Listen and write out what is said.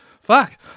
fuck